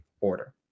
order